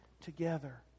together